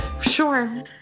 Sure